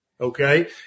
okay